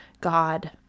God